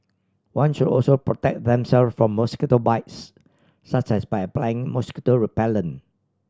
one should also protect themself from mosquito bites such as by applying mosquito repellent